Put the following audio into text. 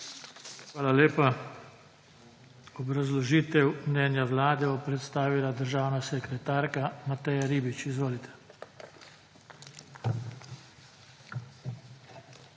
(nadaljevanje) Obrazložitev mnenja vlade bo predstavila državna sekretarka Mateja Ribič. Izvolite.